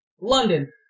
London